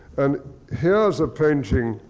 and here is a painting,